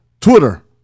Twitter